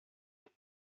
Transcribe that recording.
tres